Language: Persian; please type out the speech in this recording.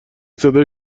صدای